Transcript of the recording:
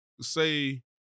say